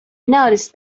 noticed